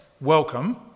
welcome